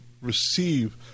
receive